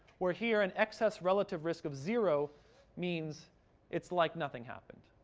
where here an excess relative risk of zero means it's like nothing happened.